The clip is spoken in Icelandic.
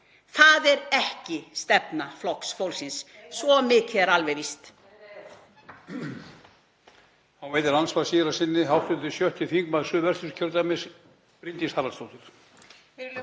Það er ekki stefna Flokks fólksins, svo mikið er víst.